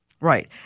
Right